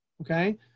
Okay